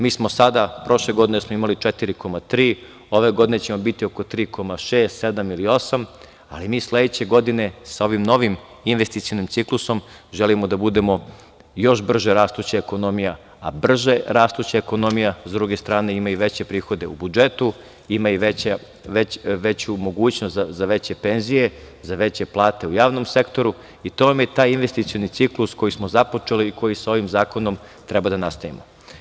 Mi smo sada, prošle godine smo imali 4,3, a ove godine ćemo biti oko tri koma šest, sedam ili osam, ali sledeće godine sa ovim novim investicionim ciklusom želimo da budemo još brže rastuća ekonomija, a brže rastuća ekonomija sa druge strane ima i veće prihode u budžetu, ima i veću mogućnost za veće penzije, za veće plate u javnom sektoru, i to vam je taj investicioni ciklus koji smo započeli i koji sa ovim zakonom treba da nastavimo.